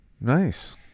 Nice